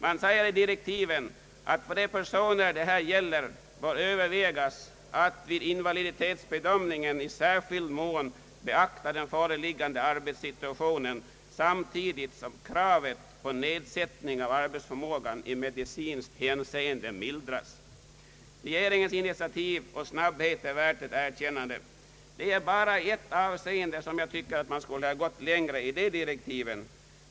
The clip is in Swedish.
Det sägs i direktiven bl.a. att för de perso ner det här gäller bör övervägas att vid invaliditetsbedömning i särskild mån beakta den föreliggande arbetssituationen samtidigt som kravet på nedsättning av arbetsförmågan i medicinskt hänseende mildras. Regeringens initiativ och snabbhet är värda ett erkännande. Bara i ett avseende tycker jag att man skulle ha gått längre i direktiven.